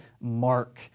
mark